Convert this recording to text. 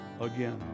again